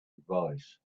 advice